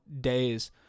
days